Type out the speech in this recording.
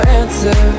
answer